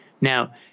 Now